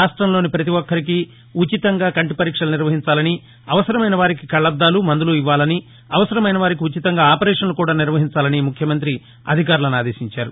రాష్టంలోని పతి ఒక్కరికీ ఉచితంగా కంటి పరీక్షలు నిర్వహించాలని అవసరమైన వారికి కళ్ళద్దాలు మందులు ఇవ్వాలని అవసరమైన వారికి ఉచితంగా ఆపరేషన్లు కూడా నిర్వహించాలని ముఖ్యమంత్రి అధికారులను ఆదేశించారు